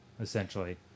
essentially